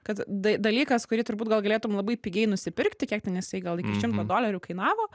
kad dalykas kurį turbūt gal galėtum labai pigiai nusipirkti kiek ten jisai gal iki šimto dolerių kainavo